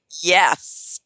Yes